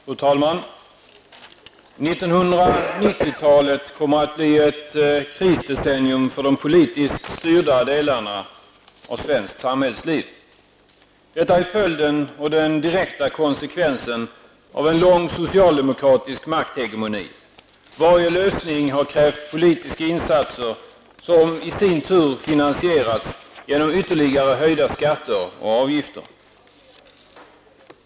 Fru talman! 1990-talet kommer att bli ett krisdecennium för de politiskt styrda delarna av svenskt samhällsliv. Detta är följden, och den direkta konsekvensen, av en lång socialdemokratisk makthegemoni. Varje lösning har krävt politiska insatser vilka i sin tur finansierats genom ytterligare höjda skatter och avgifter.